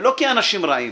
ולא כי אנשים רעים,